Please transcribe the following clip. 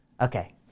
Okay